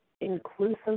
inclusive